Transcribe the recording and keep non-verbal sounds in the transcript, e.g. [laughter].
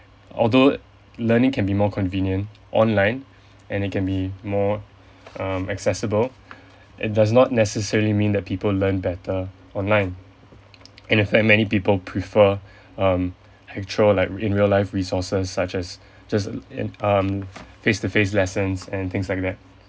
although learning can be more convenient online and it can be more um accessible it does not necessarily mean that people learn better online and in fact many people prefer um actual like in real life resources such as [noise] um face to face lessons and things like that